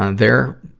and there,